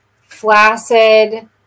flaccid